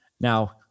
Now